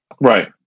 Right